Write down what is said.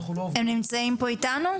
הם נמצאים פה איתנו?